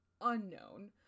unknown